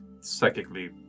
psychically